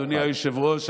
אדוני היושב-ראש,